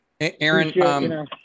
Aaron